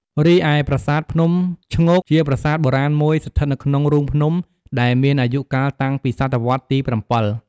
រីឯប្រាសាទភ្នំឈ្ងោក ជាប្រាសាទបុរាណមួយស្ថិតនៅក្នុងរូងភ្នំ ដែលមានអាយុកាលតាំងពីសតវត្សរ៍ទី៧។